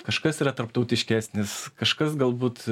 kažkas yra tarptautiškesnis kažkas galbūt